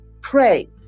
Pray